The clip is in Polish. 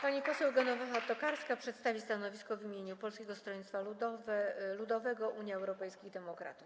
Pani poseł Genowefa Tokarska przedstawi stanowisko w imieniu Polskiego Stronnictwa Ludowego - Unii Europejskich Demokratów.